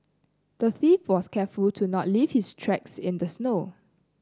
the thief was careful to not leave his tracks in the snow